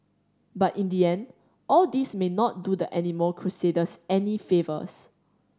but in the end all this may not do the animal crusaders any favours